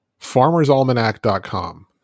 Farmersalmanac.com